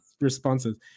Responses